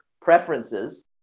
preferences